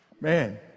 man